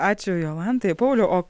ačiū jolantai pauliau o